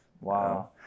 Wow